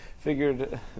Figured